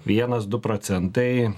vienas du procentai